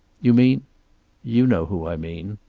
you mean you know who i mean.